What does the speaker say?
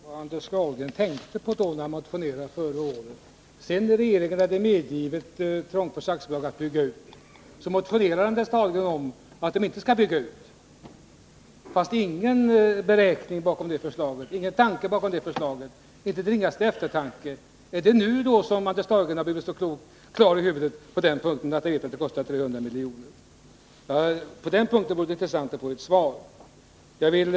Herr talman! Jag undrar vad Anders Dahlgren tänkte på när han motionerade förra året. Sedan regeringen hade medgivit Trångfors AB att bygga ut så motionerade Anders Dahlgren om att bolaget inte skulle bygga ut. Fanns det ingen kalkyl bakom det förslaget? Är anledningen till att Anders Dahlgrens uppfattning nu har klarnat på den punkten att kostnaden har angivits till 300 milj.kr.? Det vore intressant att få svar på den frågan.